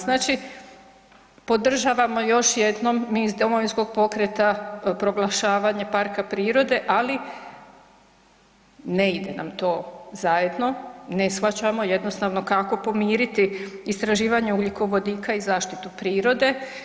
Znači, podržavamo još jednom mi iz Domovinskog pokreta proglašavanje parka prirode, ali ne ide nam to zajedno, ne shvaćamo jednostavno kako pomiriti istraživanja ugljikovodika i zaštitu prirode.